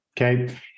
okay